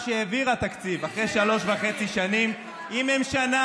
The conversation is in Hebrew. בשביל שיהיה ברור ויהיה טוב: הממשלה